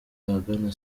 ahagana